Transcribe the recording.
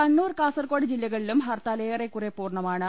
കണ്ണൂർ കാസർകോട് ജില്ലകളിലും ഹർത്താൽ ഏറെക്കുറെ പൂർണമാ ണ്